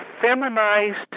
feminized